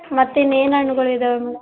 ಮತ್ತೆ ಇನ್ನೇನು ಹಣ್ಗುಳ್ ಇದ್ದಾವೆ ಮೇಡಮ್